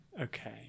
okay